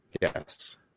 Yes